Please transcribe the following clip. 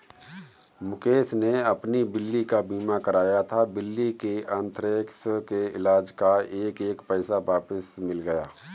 मुकेश ने अपनी बिल्ली का बीमा कराया था, बिल्ली के अन्थ्रेक्स के इलाज़ का एक एक पैसा वापस मिल गया